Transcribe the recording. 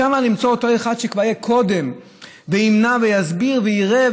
שם למצוא את אותו אחד שכבר יהיה קודם וימנע ויסביר ויראה,